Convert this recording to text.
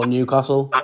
Newcastle